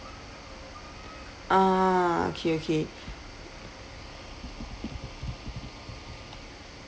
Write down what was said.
ah okay okay